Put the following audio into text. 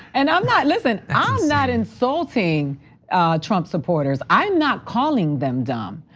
and i'm not listen, i'm not insulting trump supporters, i'm not calling them dumb.